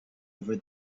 over